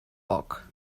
poc